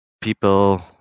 people